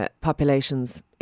populations